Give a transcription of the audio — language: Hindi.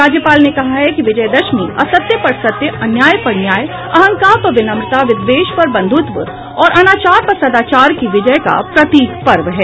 राज्यपाल ने कहा है कि विजयादशमी असत्य पर सत्य अन्याय पर न्याय अहंकार पर विनम्रता विद्वेष पर बंधुत्व और अनाचार पर सदाचार की विजय का प्रतीक पर्व है